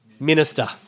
Minister